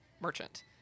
Merchant